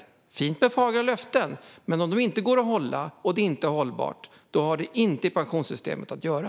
Det är fint med fagra löften, men om de inte går att hålla och det inte är hållbart har det inte i pensionssystemet att göra.